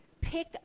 pick